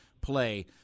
play